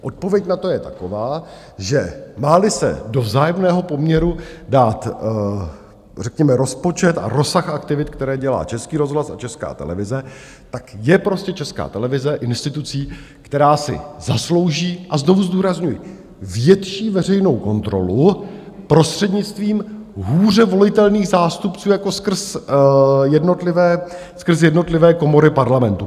Odpověď na to je taková, že máli se do vzájemného poměru dát řekněme rozpočet a rozsah aktivit, které dělá Český rozhlas a Česká televize, tak je prostě Česká televize institucí, která si zaslouží a znovu zdůrazňuji větší veřejnou kontrolu, prostřednictvím hůře volitelných zástupců jako skrz jednotlivé komory Parlamentu.